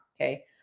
okay